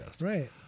Right